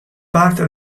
parte